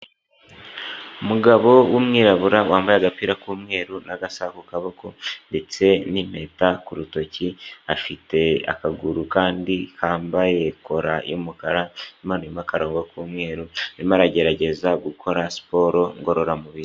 Umugabo w'umwirabura wambaye agapira k'umweru n'agasaku kaboko ndetse n'impeta ku rutoki, afite akaguru kandi kambaye kora y'umukara impande irimo akaronko k'umweru arimo aragerageza gukora siporo ngororamubiri.